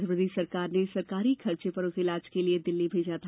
मध्यप्रदेष सरकार ने सरकारी खर्चे पर उसे इलाज के लिए दिल्ली भेजा था